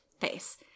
face